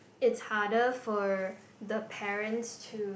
it's harder for the parents to